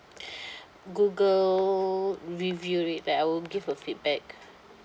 google review it like I will give a feedback